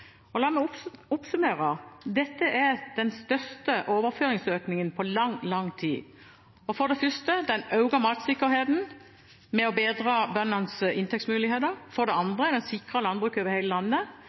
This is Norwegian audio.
det. La meg oppsummere: Dette er den største overføringsøkningen på lang, lang tid. For det første: Den øker matsikkerheten ved å bedre bøndenes inntektsmuligheter. For det